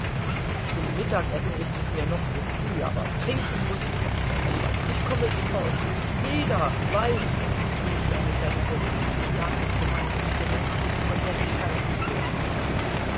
zum mittagessen ist es mir noch zu früh aber trinken muß ich noch schnell etwas ich komme sofort heda wein rief er mit seiner berühmten starken kommandostimme von der die scheiben klirrten